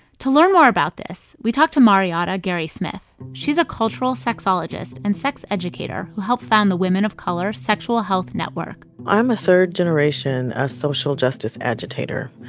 to learn more about this, we talked to mariotta gary-smith. she's a cultural sexologist and sex educator who helped found the women of color sexual health network i'm a third-generation ah social justice agitator.